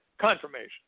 confirmation